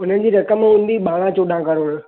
उन्हनि जी रक़म हूंदी ॿारहं चोॾहं करोड़